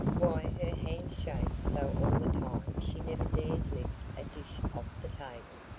why her hands shake so all the time she never dares lift a dish off the table.